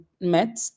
met